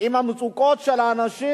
עם המצוקות של האנשים,